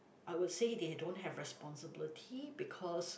I would say they don't have responsibility because